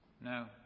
No